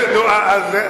תסתכל קדימה.